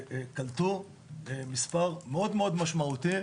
הם קלטו מספר מאוד מאוד משמעותי